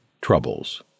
Troubles